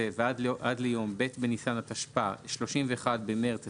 ועד ליום ב׳ בניסן התשפ״ה (31 במרס 2025)